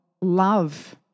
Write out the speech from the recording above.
love